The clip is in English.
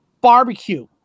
barbecue